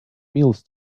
meals